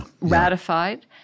ratified